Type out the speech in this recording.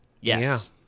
Yes